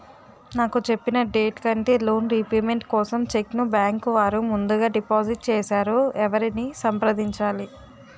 నాకు చెప్పిన డేట్ కంటే లోన్ రీపేమెంట్ కోసం చెక్ ను బ్యాంకు వారు ముందుగా డిపాజిట్ చేసారు ఎవరిని సంప్రదించాలి?